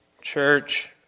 Church